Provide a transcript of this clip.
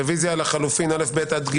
רביזיה על 35 ו-36.